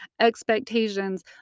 expectations